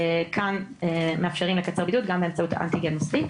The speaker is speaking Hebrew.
כאן מאפשרים לקצר בידוד גם באמצעות האנטיגן המוסדי.